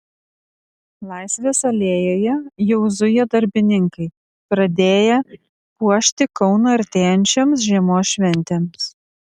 laisvės alėjoje jau zuja darbininkai pradėję puošti kauną artėjančioms žiemos šventėms